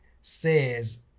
says